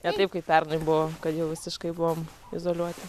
ne taip kaip pernai buvo kad jau visiškai buvom izoliuoti